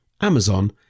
Amazon